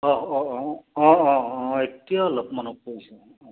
অঁ অঁ অঁ অঁ অঁ অঁ এতিয়া অলপ মনত পৰিছে অঁ হয়